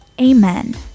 Amen